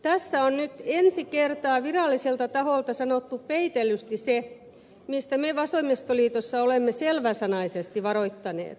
tässä on nyt ensi kertaa viralliselta taholta sanottu peitellysti se mistä me vasemmistoliitossa olemme selväsanaisesti varoittaneet